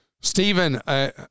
Stephen